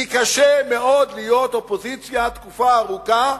כי קשה מאוד להיות אופוזיציה תקופה ארוכה,